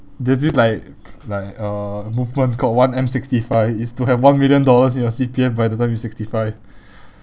there's this like like uh movement called one M sixty five it's to have one million dollars in your C_P_F by the time you six five